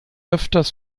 öfters